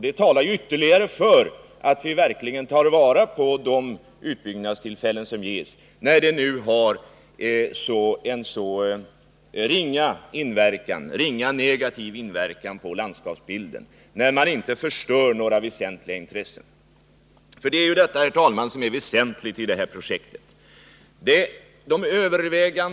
Det talar ytterligare för att vi verkligen tar vara på de utbyggnadstillfällen som ges. Detta i synnerhet som utbyggnaden har så liten negativ inverkan på landskapsbilden och när man inte förstör några väsentliga intressen — det är det som är väsentligt i det här projektet.